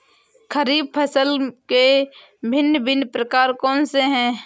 खरीब फसल के भिन भिन प्रकार कौन से हैं?